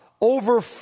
over